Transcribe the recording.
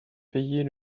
payez